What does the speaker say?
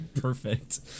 perfect